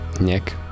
Nick